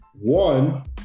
One